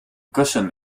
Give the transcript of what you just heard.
kussen